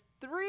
three